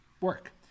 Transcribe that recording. work